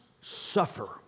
suffer